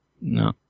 No